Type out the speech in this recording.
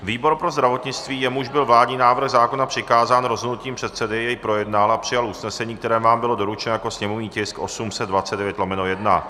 Výbor pro zdravotnictví, jemuž byl vládní návrh zákona přikázán rozhodnutím předsedy, jej projednal a přijal usnesení, které vám bylo doručeno jako sněmovní tisk 829/1.